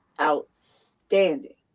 outstanding